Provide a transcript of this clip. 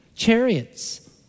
chariots